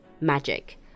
magic